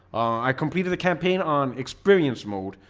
i completed the campaign on experience mode,